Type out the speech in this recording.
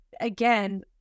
again